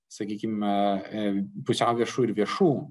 sakykime pusiau viešų ir viešų